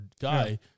guy